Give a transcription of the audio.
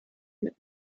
mit